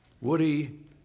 Woody